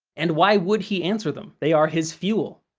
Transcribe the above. and why would he answer them? they are his fuel.